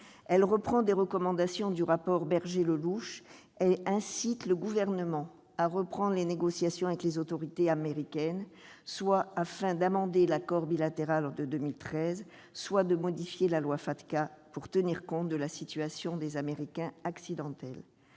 Elle reprend des recommandations du rapport de Karine Berger et de Pierre Lellouche et elle incite le Gouvernement à reprendre les négociations avec les autorités américaines, afin d'amender l'accord bilatéral de 2013 ou de modifier la loi FATCA pour tenir compte de la situation des « Américains accidentels